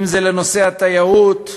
אם זה לנושא התיירות,